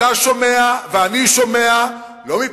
אתה שומע ואני שומע, לא מפיך,